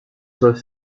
läuft